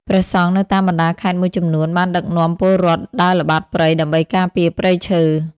ព្រះសង្ឃនៅតាមបណ្តាខេត្តមួយចំនួនបានដឹកនាំពលរដ្ឋដើរល្បាតព្រៃដើម្បីការពារព្រៃឈើ។